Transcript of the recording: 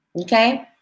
Okay